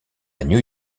new